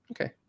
Okay